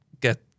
get